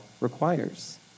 requires